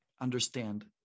understand